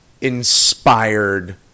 inspired